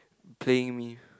playing me